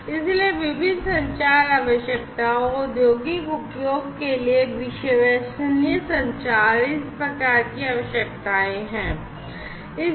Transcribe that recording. इसलिए विभिन्न संचार आवश्यकताओं औद्योगिक उपयोग के लिए विश्वसनीय संचार की आवश्यकताऐ है